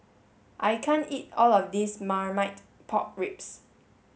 I can't eat all of this marmite pork ribs